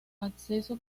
acceso